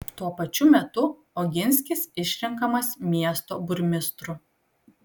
tuo pačiu metu oginskis išrenkamas miesto burmistru